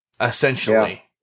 essentially